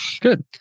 Good